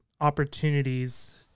opportunities